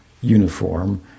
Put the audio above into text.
uniform